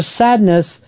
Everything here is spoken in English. sadness